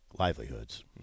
Livelihoods